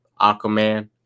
Aquaman